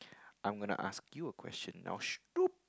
I'm going to ask you a question now